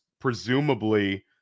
presumably